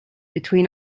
between